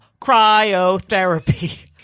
cryotherapy